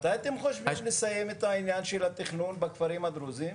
מתי אתם חושבים לסיים את העניין של התכנון בכפרים הדרוזים?